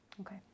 Okay